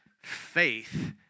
faith